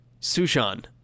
Sushan